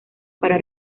para